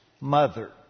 mother